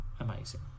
amazing